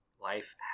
life